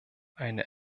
eine